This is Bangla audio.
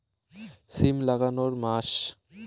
সিম লাগানোর মাস?